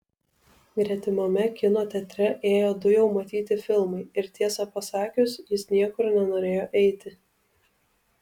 gretimame kino teatre ėjo du jau matyti filmai ir tiesą pasakius jis niekur nenorėjo eiti